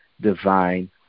divine